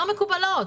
לא מקובלות.